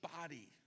body